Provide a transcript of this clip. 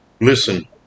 Listen